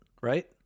Right